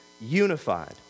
unified